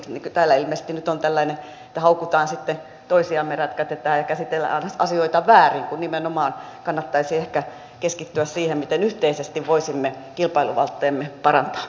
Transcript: täällä ilmeisesti nyt on tällainen että haukutaan sitten toisiamme rätkätetään ja käsitetään asioita väärin kun nimenomaan kannattaisi ehkä keskittyä siihen miten yhteisesti voisimme kilpailuvalttejamme parantaa